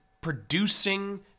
producing